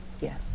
Yes